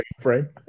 frame